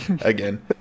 again